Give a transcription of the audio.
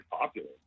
popular